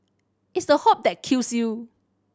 it's the hope that kills you